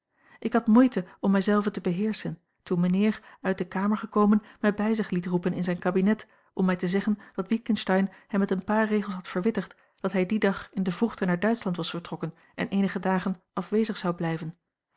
ik had moeite om mij zelve te beheerschen toen mijnheer uit de kamer gekomen mij bij zich liet roepen in zijn kabinet om mij te zeggen dat witgensteyn hem met een paar regels had verwittigd dat hij dien dag in de vroegte naar duitschland was vertrokken en eenige dagen afwezig zou blijven